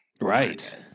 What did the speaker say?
Right